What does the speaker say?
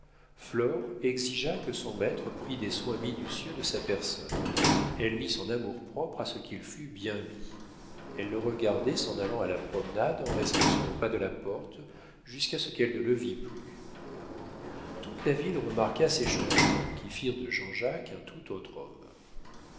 flore exigea que son maître prît des soins minutieux de sa personne elle mit son amour-propre à ce qu'il fût bien mis elle le regardait s'en allant à la promenade en restant sur le pas de la porte jusqu'à ce qu'elle ne le vît plus toute la ville remarqua ces changements qui firent de jean-jacques un tout autre homme